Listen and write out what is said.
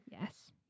Yes